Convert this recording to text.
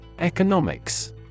Economics